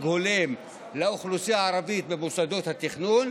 הולם לאוכלוסייה הערבית במוסדות התכנון,